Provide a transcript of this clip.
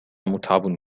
متعب